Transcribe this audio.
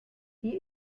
die